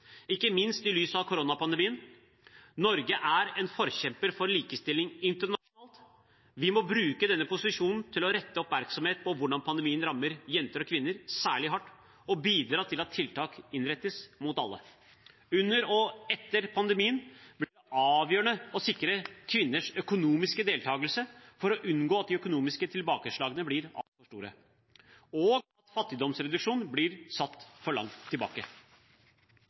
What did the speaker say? ikke minst i lys av koronapandemien. Norge er en forkjemper for likestilling internasjonalt. Vi må bruke denne posisjonen til å rette oppmerksomheten mot hvordan pandemien rammer jenter og kvinner særlig hardt og bidra til at tiltak innrettes mot alle. Under og etter pandemien blir det avgjørende å sikre kvinners økonomiske deltakelse for å unngå at de økonomiske tilbakeslagene blir altfor store og fattigdomsreduksjonen blir satt for langt tilbake.